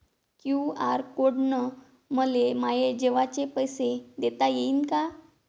QR code न मले माये जेवाचे पैसे देता येईन का?